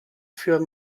für